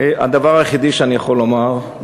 הדבר היחיד שאני יכול לומר הוא